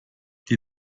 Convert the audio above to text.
die